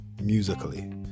musically